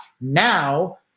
Now